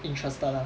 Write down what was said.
interested lah